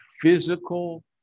physical